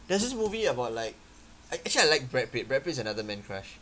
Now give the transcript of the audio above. there's this movie about like I actually I like brad pitt brad pitt is another man crush